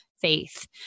faith